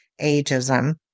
ageism